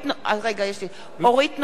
(קוראת בשמות חברי הכנסת) אורית נוקד,